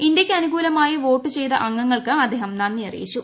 ഇന്ത്യയ്ക്ക് അനുകൂലമായി വോട്ട് ച്ചിയ്ത അംഗങ്ങൾക്ക് അദ്ദേഹം നന്ദി അറിയിച്ചു